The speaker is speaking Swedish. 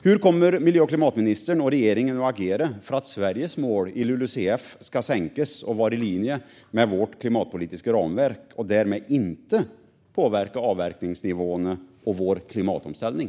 Hur kommer miljö och klimatministern och regeringen att agera för att Sveriges mål i LULUCF ska sänkas och vara i linje med vårt klimatpolitiska ramverk och därmed inte påverka avverkningsnivåerna och vår klimatomställning?